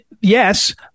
Yes